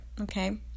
okay